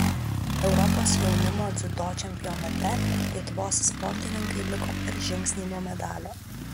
europos jaunimo dziudo čempionate lietuvos sportininkai liko per žingsnį nuo medalio